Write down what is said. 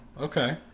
Okay